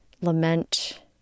lament